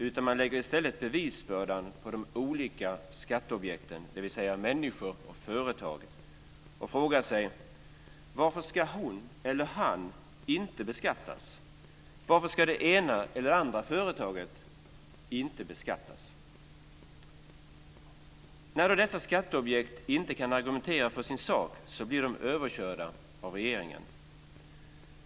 Den lägger i stället bevisbördan på de olika skatteobjekten, dvs. människor och företag och frågar sig: Varför ska hon eller han inte beskattas? Varför ska det ena eller andra företaget inte beskattas? När då dessa skatteobjekt inte kan argumentera för sin sak blir de överkörda av regeringen.